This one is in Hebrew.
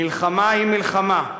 מלחמה היא מלחמה,